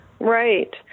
Right